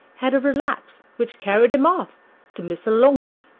had a relapse, which carried him off to missolonghi